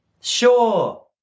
Sure